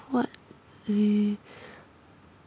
what leh